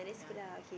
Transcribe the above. yeah